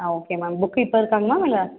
ஆ okay ma'am book இப்போ இருக்காங்க ma'am இல்லை